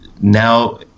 now